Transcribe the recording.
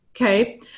okay